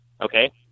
okay